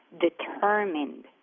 determined